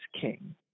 king